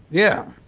yeah.